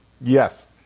Yes